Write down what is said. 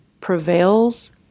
prevails